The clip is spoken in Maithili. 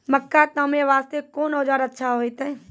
मक्का तामे वास्ते कोंन औजार अच्छा होइतै?